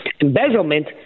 Embezzlement